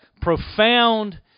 profound